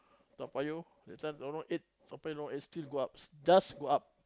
Toa Payoh that time Lorong Eight Toa Payoh does go up